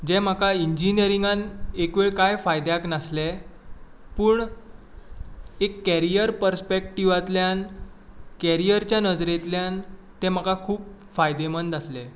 जें म्हाका इंजिनियरिंगान एक वेळ कांय फायद्याक नासलें पूण एक कॅरियर पर्स्पेक्टीवांतल्यान केरियरच्या नजरेंतल्यान तें म्हाका खूब फायदेमंद आसलें